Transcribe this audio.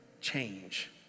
change